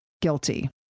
guilty